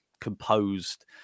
composed